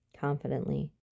confidently